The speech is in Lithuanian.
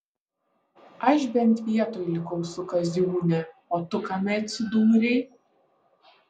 aš bent vietoj likau su kaziūne o tu kame atsidūrei